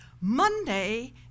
Monday